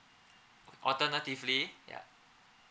alternatively ya